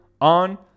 on